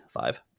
five